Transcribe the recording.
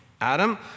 Adam